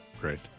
Great